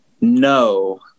no